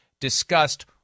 discussed